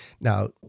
Now